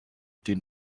den